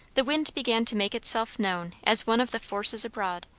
the wind began to make itself known as one of the forces abroad,